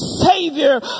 Savior